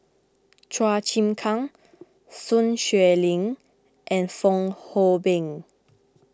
Chua Chim Kang Sun Xueling and Fong Hoe Beng